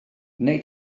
wnei